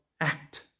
act